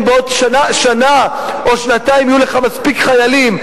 אם בעוד שנה או שנתיים יהיו לך מספיק חיילים,